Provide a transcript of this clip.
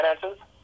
finances